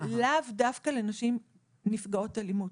לאו דווקא לנשים נפגעות אלימות.